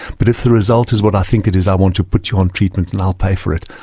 but if the result is what i think it is i want to put you on treatment and i'll pay for it.